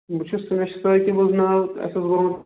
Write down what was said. بہِ چھُس اَسہِ چھِ سٲقب حظ ناو اَسہِ حظ بوٚر